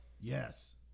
Yes